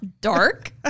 dark